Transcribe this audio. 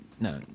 no